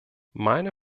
meine